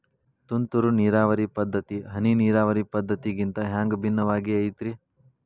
ತುಂತುರು ನೇರಾವರಿ ಪದ್ಧತಿ, ಹನಿ ನೇರಾವರಿ ಪದ್ಧತಿಗಿಂತ ಹ್ಯಾಂಗ ಭಿನ್ನವಾಗಿ ಐತ್ರಿ?